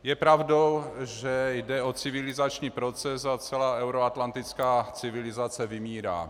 Je pravdou, že jde o civilizační proces a celá euroatlantická civilizace vymírá.